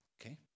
Okay